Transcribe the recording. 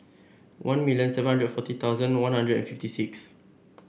one million seven hundred forty thousand One Hundred and fifty six